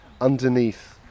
underneath